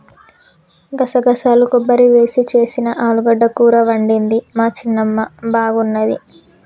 గసగసాలు కొబ్బరి వేసి చేసిన ఆలుగడ్డ కూర వండింది మా చిన్నమ్మ బాగున్నది